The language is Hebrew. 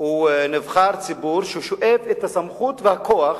הוא נבחר ציבור ששואב את הסמכות והכוח